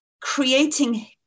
creating